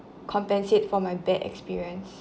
compensate for my bad experience